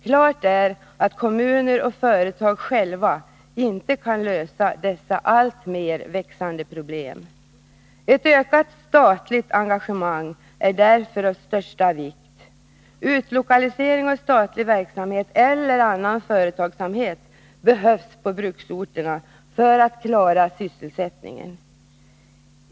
Klart är att kommuner och företag själva inte kan lösa dessa alltmer växande problem. Ett ökat statligt engagemang är därför av största vikt. Utlokaliserad statlig verksamhet eller annan företagsamhet behövs på bruksorterna för att klara sysselsättningen.